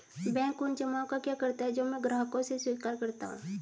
Bank उन जमाव का क्या करता है जो मैं ग्राहकों से स्वीकार करता हूँ?